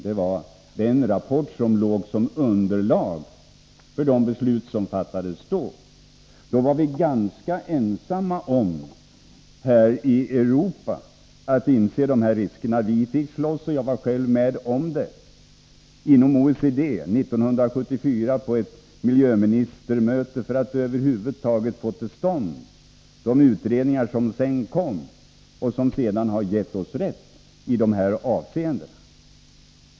Det var den rapporten som bildade underlag för de beslut som fattades då. Då var vi ganska ensamma här i Europa om att inse de här riskerna. Vi fick slåss — jag var själv med om det - inom OECD 1974 på ett miljöministermöte för att över huvud taget få till stånd de utredningar som sedan kom och som har gett oss rätt i dessa avseenden.